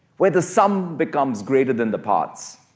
where the sum becomes greater than the parts.